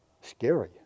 scary